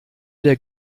der